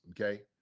okay